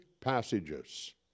passages